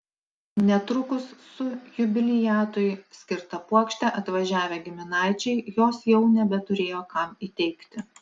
netrukus su jubiliatui skirta puokšte atvažiavę giminaičiai jos jau nebeturėjo kam įteikti